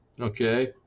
Okay